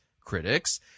Critics